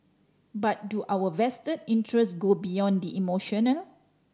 but do our vested interest go beyond the emotional